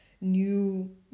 new